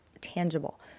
tangible